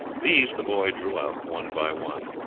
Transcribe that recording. these the boy drew out one by one.